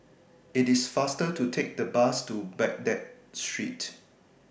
IT IS faster to Take The Bus to Baghdad Street